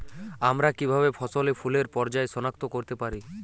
আমরা কিভাবে ফসলে ফুলের পর্যায় সনাক্ত করতে পারি?